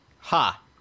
Ha